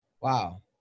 Wow